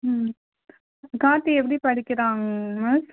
ம் கார்த்தி எப்படி படிக்கிறான் மிஸ்